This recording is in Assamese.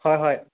হয় হয়